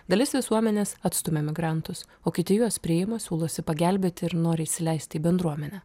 dalis visuomenės atstumia migrantus o kiti juos priima siūlosi pagelbėti ir nori įsileist į bendruomenę